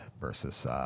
versus